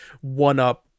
one-up